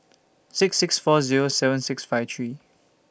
six six four Zero seven six five three